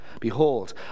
Behold